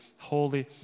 holy